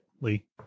Lee